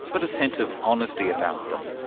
but a sense of honesty about them.